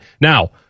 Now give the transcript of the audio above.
Now